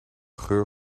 geur